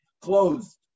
closed